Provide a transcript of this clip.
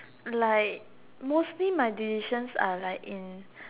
like mostly my decisions are like in